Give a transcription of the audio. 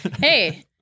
hey